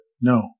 No